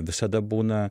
visada būna